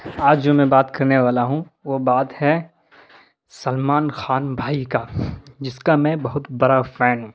آج جو میں بات کرنے والا ہوں وہ بات ہے سلمان خان بھائی کا جس کا میں بہت بڑا فین ہوں